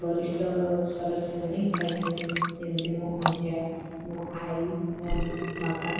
ବରିଷ୍ଟ ସଦସ୍ୟମାନେ ଖାଇଥାଆନ୍ତି ଯେମିତି ମୋ ଅଜା ମୋ ଆଇ ମୋ ବାପା